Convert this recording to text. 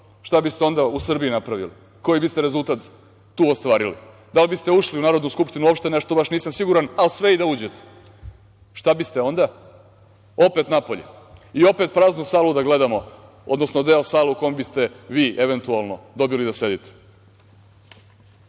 šta biste onda u Srbiji napravili, koji biste rezultat tu ostvarili? Da li biste ušli u Narodnu skupštinu uopšte, baš nešto nisam siguran, ali sve i da uđete? Šta biste onda? Opet napolje i opet praznu salu da gledamo, odnosno deo sale u kome biste vi, eventualno dobili da sedite.